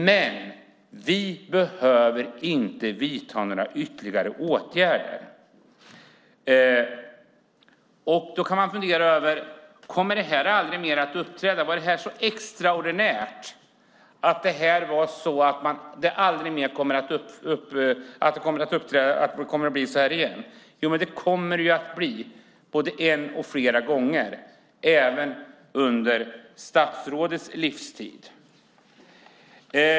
Man behöver inte vidta några ytterligare åtgärder. Kommer det här aldrig att hända igen? Var det så extraordinärt att det inte kommer att hända igen? Det kommer att hända igen, både en och flera gånger även under statsrådets livstid.